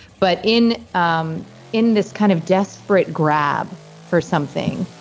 but in um in this kind of desperate grab for something,